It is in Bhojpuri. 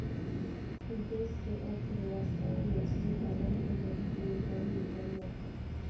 देश के अर्थव्यवस्था में मछली पालन के बहुत योगदान दीहल जाता